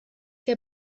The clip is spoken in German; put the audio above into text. der